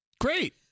Great